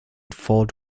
fort